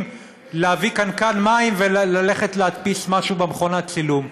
להביא קנקן מים וללכת להדפיס משהו במכונת צילום.